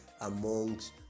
amongst